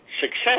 success